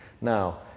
now